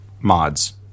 mods